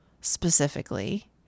specifically